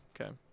Okay